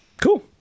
Cool